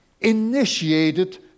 initiated